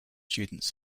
students